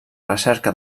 recerca